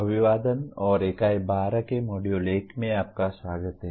अभिवादन और इकाई 12 के मॉड्यूल 1 में आपका स्वागत है